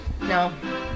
No